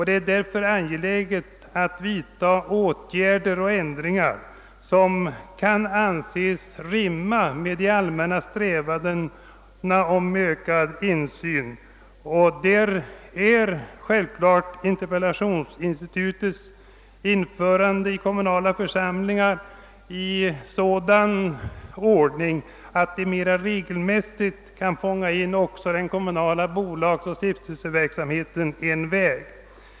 Det är därför angeläget att vidta ändringar som kan anses rimma med de allmänna strävandena för ökad insyn. Därvidlag är självfallet interpellationsinstitutets införande i kommunala församlingar, i sådan ordning att det regelmässigt kan fånga in också den kommunala bolagsoch stiftelseverksamheten, en väg att gå.